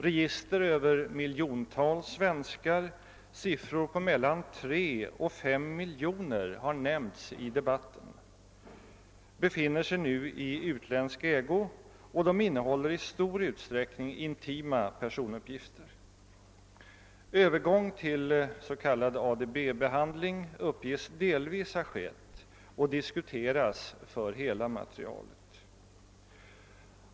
Register över miljontals svenskar — siffror på mellan 3 och 5 miljoner har nämnts i debatten — befinner sig i utländsk ägo, och de innehåller i stor utsträckning intima personuppgifter. Övergång till ADB-behandling uppges delvis ha skett och diskuteras för hela materialet.